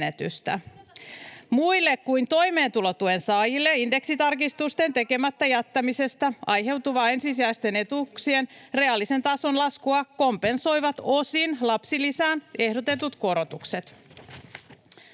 Muille kuin toimeentulotuen saajille indeksitarkistusten tekemättä jättämisestä aiheutuvaa ensisijaisten etuuksien reaalisen tason laskua kompensoivat osin lapsilisään ehdotetut korotukset.